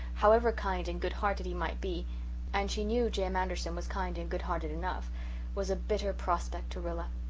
however kind and good-hearted he might be and she knew jim anderson was kind and good-hearted enough was a bitter prospect to rilla.